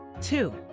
Two